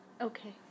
Okay